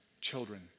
children